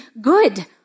good